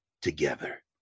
together